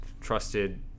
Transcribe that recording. trusted